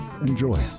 Enjoy